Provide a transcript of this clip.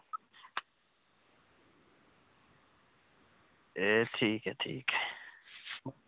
एह् ठीक ऐ ठीक ऐ